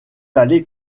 allez